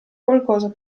qualcosa